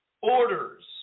Orders